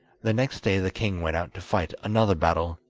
the next day the king went out to fight another battle,